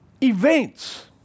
events